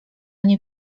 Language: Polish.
nie